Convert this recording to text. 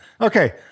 okay